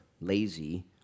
lazy